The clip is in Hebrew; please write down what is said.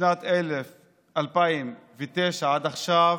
משנת 2009 עד עכשיו,